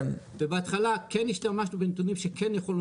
בהתחלה כן השתמשנו בנתונים שכן יכולנו